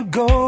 go